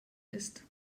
ist